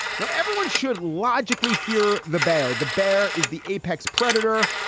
now, everyone should logically fear the bear. the bear is the apex predator.